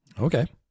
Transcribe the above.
Okay